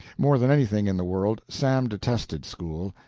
more than anything in the world sam detested school,